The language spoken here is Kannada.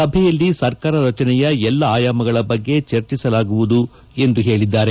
ಸಭೆಯಲ್ಲಿ ಸರ್ಕಾರ ರಚನೆಯ ಎಲ್ಲ ಆಯಾಮಗಳ ಬಗ್ಗೆ ಚರ್ಚಿಸಲಾಗುವುದು ಎಂದು ಹೇಳಿದ್ದಾರೆ